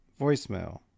Voicemail